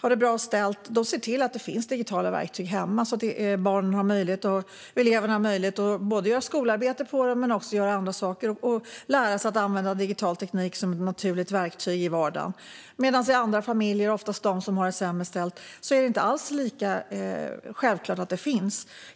har det bra ställt ser till att det finns digitala verktyg hemma så att barnen har möjlighet att både göra skolarbete och andra saker på dem och att lära sig att använda digital teknik som ett naturligt verktyg i vardagen. I andra familjer, oftast de som har det sämre ställt, är det inte alls lika självklart att det finns.